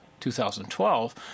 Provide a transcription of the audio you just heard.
2012